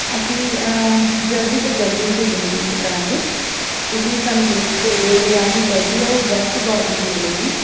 ਅਸੀਂ ਜਲਦੀ ਤੋਂ ਜਲਦੀ ਭੇਜਣ ਦੀ ਉਹ ਕਰਾਂਗੇ ਤੁਸੀਂ ਸਾਨੂੰ ਲਿਸਟ ਦੇ ਦਿਓ ਵੀ ਆਹ ਚੀਜ਼ ਚਾਹੀਦੀ ਉਹ ਬੈਸਟ ਕੁਆਲਿਟੀ ਦੀ ਮਿਲੇਗੀ